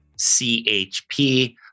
CHP